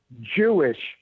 Jewish